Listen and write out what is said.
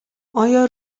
آیا